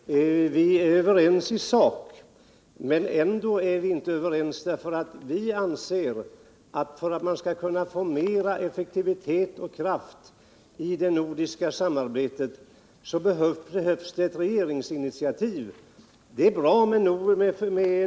Herr talman! Vi är överens i sak, men ändå är vi inte helt överens. För att man skall få bättre effektivitet och större kraft i det nordiska samarbetet anser vi att det behövs ett regeringsinitiativ.